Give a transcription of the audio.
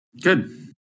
Good